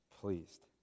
pleased